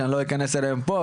שאני לא אכנס אליהם פה,